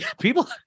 People